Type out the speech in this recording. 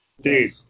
Dude